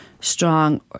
strong